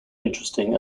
interesting